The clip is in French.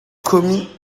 commis